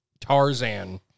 tarzan